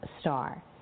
star